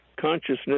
consciousness